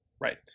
Right